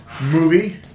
movie